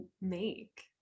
make